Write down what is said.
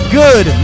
good